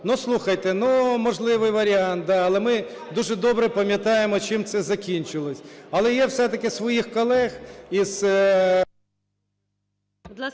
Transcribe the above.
ну, слухайте, ну, можливий варіант, да, але ми дуже добре пам'ятаємо, чим це закінчилося. Але я все-таки своїх колеги із…